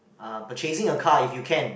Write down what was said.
uh purchasing a car if you can